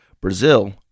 brazil